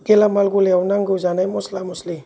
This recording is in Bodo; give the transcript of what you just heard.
गेलामाल गलायाव नांगौ जानाय मस्ला मस्लि